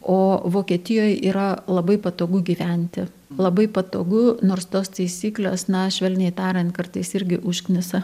o vokietijoj yra labai patogu gyventi labai patogu nors tos taisyklės na švelniai tariant kartais irgi užknisa